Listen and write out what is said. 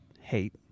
hate